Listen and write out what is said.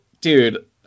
dude